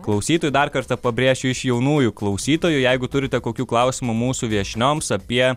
klausytojų dar kartą pabrėšiu iš jaunųjų klausytojų jeigu turite kokių klausimų mūsų viešnioms apie